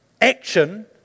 action—